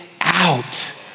out